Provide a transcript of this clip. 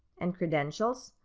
and credentials,